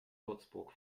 würzburg